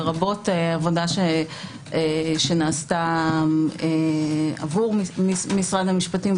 לרבות עבודה שנעשתה עבור משרד המשפטים.